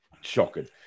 shocking